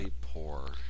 poor